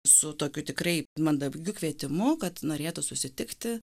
su tokiu tikrai mandagiu kvietimu kad norėtų susitikti